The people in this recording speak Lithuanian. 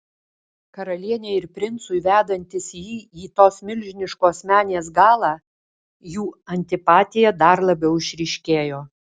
karalienei ir princui vedantis jį į tos milžiniškos menės galą jų antipatija dar labiau išryškėjo